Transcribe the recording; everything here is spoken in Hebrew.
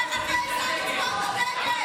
איך את מעזה לצבוע את הדגל.